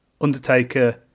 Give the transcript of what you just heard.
Undertaker